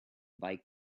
bike